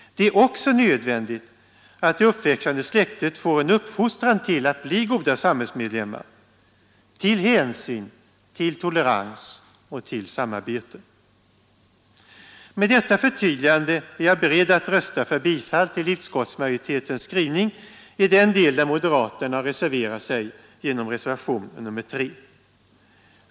Det är också nödvändigt att det uppväxande släktet får en uppfostran till att bli goda samhällsmedlemmar, till hänsyn, till tolerans och till samarbete. Med detta förtydligande är jag beredd att rösta för bifall till utskottsmajoritetens skrivning i den del där moderaterna reserverar sig genom reservationen 3.